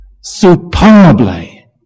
superbly